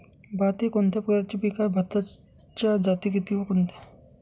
भात हे कोणत्या प्रकारचे पीक आहे? भाताच्या जाती किती व कोणत्या?